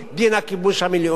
דין הכיבוש הבין-לאומי.